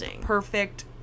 perfect